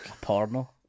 porno